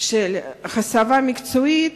של הסבה מקצועית